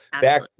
back